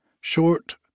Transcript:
Short